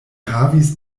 havis